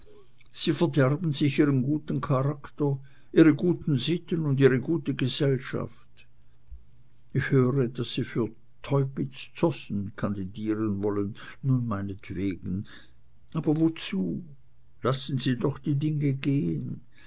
sie verderben sich ihren guten charakter ihre guten sitten und ihre gute gesellschaft ich höre daß sie für teupitz zossen kandidieren wollen nun meinetwegen aber wozu lassen sie doch die dinge gehen